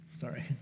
sorry